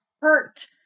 hurt